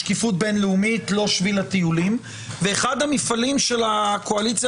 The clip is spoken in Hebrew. שקיפות בינלאומית" אחד המפעלים של הקואליציה